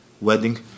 wedding